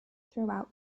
throughout